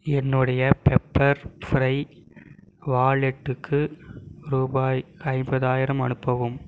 என்னுடைய பெப்பர் ஃப்ரை வாலெட்டுக்கு ரூபாய் ஐம்பதாயிரம் அனுப்பவும்